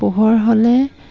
পোহৰ হ'লে